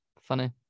Funny